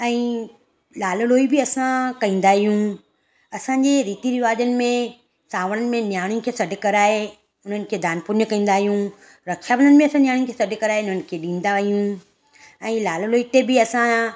ऐं लाल लोई बि असां कंदा आहियूं असांजी रिती रिवाजनि में सांवन में नियाणी खे सॾ कराए हुननि खे दान पुन्य कंदा आहियूं रक्षाबंधन में असां नियाणीनि खे सॾ कराए हिननि खे ॾींदा आहियूं ऐं लाल लोई ते बि असां